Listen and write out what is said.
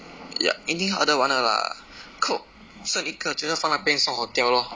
ya 一定喝的完的 lah coke 剩一个最多放那边送 hotel loh